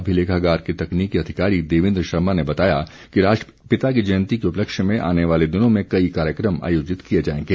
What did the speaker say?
अभिलेखागार के तकनीकी अधिकारी देवेन्द्र शर्मा ने बताया कि राष्ट्रपिता की जयंती के उपलक्ष्य में आने वाले दिनों में कई कार्यक्रम आयोजित किए जाएंगे